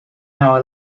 our